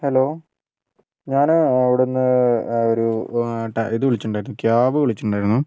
hello ഞാൻ അവിടെ നിന്ന് ഒരു ട്ടാ ഇത് വിളിച്ചിട്ടുണ്ടായിരുന്നു ക്യാബ് വിളിച്ചിട്ടുണ്ടായിരുന്നു